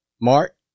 Mark